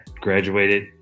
graduated